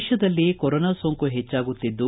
ದೇಶದಲ್ಲಿ ಕೊರೊನಾ ಸೋಂಕು ಹೆಚ್ಚಾಗುತ್ತಿದ್ದು